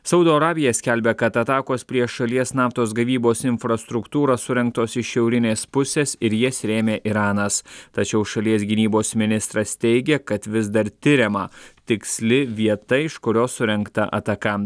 saudo arabija skelbia kad atakos prieš šalies naftos gavybos infrastruktūrą surengtos iš šiaurinės pusės ir jas rėmė iranas tačiau šalies gynybos ministras teigia kad vis dar tiriama tiksli vieta iš kurios surengta ataka